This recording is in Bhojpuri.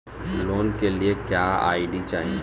लोन के लिए क्या आई.डी चाही?